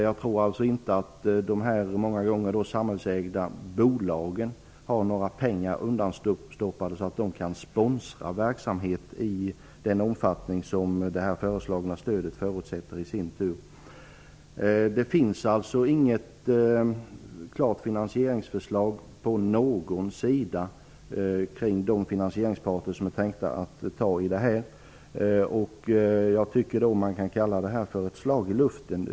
Jag tror alltså inte att de många gånger samhällsägda bolagen har några pengar undanstoppade, så att de kan sponsra verksamhet i den omfattning som det föreslagna stödet i sin tur förutsätter. Det finns alltså inget klart finansieringsförslag på någon sida när det gäller finansieringsparter som är tänkta att ta i det här. Jag tycker nog att man kan tala om ett slag i luften här.